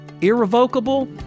irrevocable